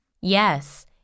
Yes